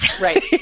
Right